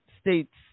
states